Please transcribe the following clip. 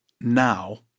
now